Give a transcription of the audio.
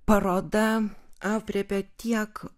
paroda aprėpė tiek